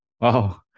Wow